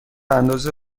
اندازه